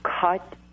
cut